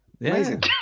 Amazing